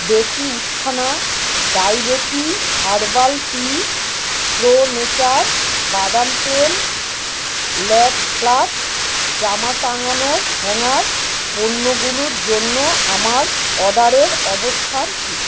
দেশি উত্থনা diabetes herbal tea pro nature বাদাম তেল ল্যাপ্লাস্ট জামা টাঙানোর হ্যাঙ্গার পণ্যগুলোর জন্য আমার অর্ডারের অবস্থান কী